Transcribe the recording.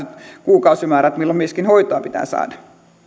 kuukausimäärät milloin myöskin hoitoa pitää saada